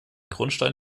grundstein